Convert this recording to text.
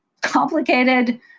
complicated